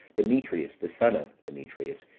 demetrius, the son of demetrius,